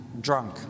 drunk